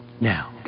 Now